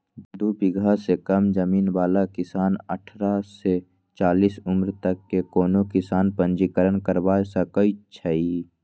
दू बिगहा से कम जमीन बला किसान अठारह से चालीस उमर तक के कोनो किसान पंजीकरण करबा सकै छइ